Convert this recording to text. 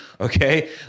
Okay